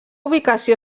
ubicació